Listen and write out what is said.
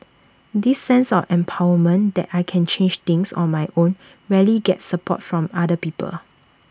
this sense of empowerment that I can change things on my own rarely gets support from other people